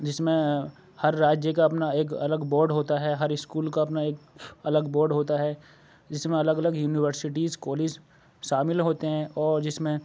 جس میں ہر راجیہ کا اپنا ایک الگ بوڈ ہوتا ہے ہر اسکول کا اپنا ایک الگ بوڈ ہوتا ہے جس میں الگ الگ یونیورسٹیز کالج شامل ہوتے ہیں اور جس میں